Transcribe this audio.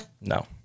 No